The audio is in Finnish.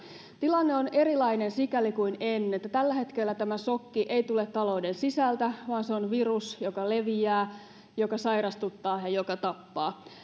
tilanne on erilainen kuin ennen sikäli että tällä hetkellä tämä sokki ei tule talouden sisältä vaan se on virus joka leviää joka sairastuttaa ja joka tappaa